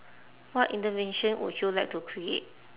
what intervention would you like to create